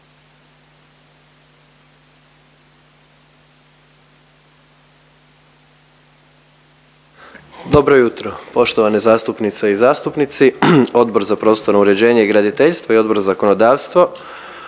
Dobro jutro poštovane zastupnice i zastupnici. Odbor za prostorno uređenje i graditeljstvo i Odbor za zakonodavstvo